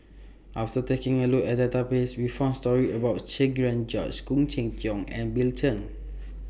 after taking A Look At The Database We found stories about Cherian George Khoo Cheng Tiong and Bill Chen